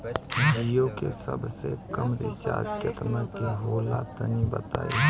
जीओ के सबसे कम रिचार्ज केतना के होला तनि बताई?